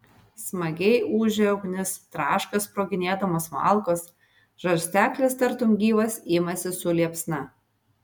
smagiai ūžia ugnis traška sproginėdamos malkos žarsteklis tartum gyvas imasi su liepsna